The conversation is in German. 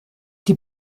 die